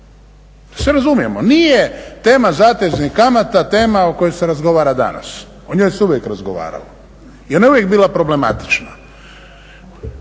se razumijemo, nije tema zateznih kamata, tema o kojoj se razgovara danas, o njoj se uvijek razgovaralo i ona je uvijek bila problematična.